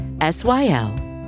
S-Y-L